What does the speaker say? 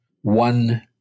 one